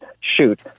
shoot